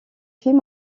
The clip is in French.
films